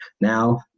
Now